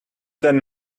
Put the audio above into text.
then